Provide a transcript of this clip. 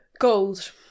Gold